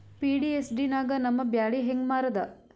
PDS ನಾಗ ನಮ್ಮ ಬ್ಯಾಳಿ ಹೆಂಗ ಮಾರದ?